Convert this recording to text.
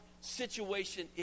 situation